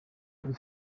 kuri